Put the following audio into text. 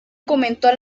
comentó